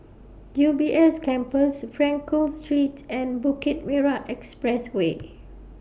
U B S Campus Frankel Street and Bukit Timah Expressway